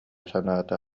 санаата